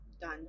done